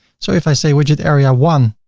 so if i say widget area one,